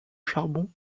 charbon